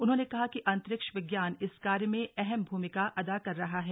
उन्होंने कहा कि अंतरिक्ष विज्ञान इस कार्य में अहम भूमिका अदा रहा है